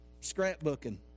scrapbooking